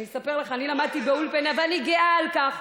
אני אספר לך, אני למדתי באולפנה, ואני גאה על כך.